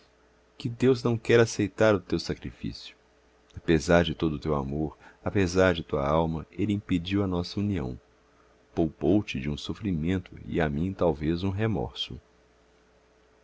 que deus não quer aceitar o teu sacrifício apesar de todo o teu amor apesar de tua alma ele impediu a nossa união poupou te um sofrimento e a mim talvez um remorso